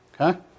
Okay